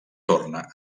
torna